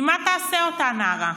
כי מה תעשה אותה נערה?